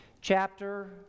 chapter